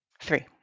Three